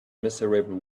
miserable